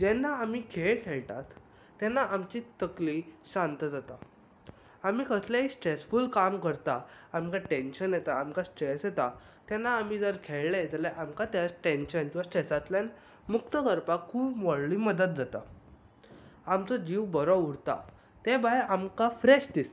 जेन्ना आमी खेळ खेळटात तेन्ना आमची तकली शांत जाता आमी कसलेंय स्ट्रेसफूल काम करता आमकां टेन्शन येता आमकां स्ट्रेस येता तेन्ना आमी जर खेळ्ळें जाल्यार आमकां तें टेन्शन किंवा स्ट्रेसांतल्यान मुक्त व्हरपाक खूब व्हडली मदत जाता आमचो जीव बरो उरता ते भायर आमकां फ्रेश दिसता